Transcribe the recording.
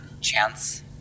chance